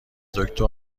دکتر